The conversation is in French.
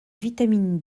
vitamine